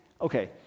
Okay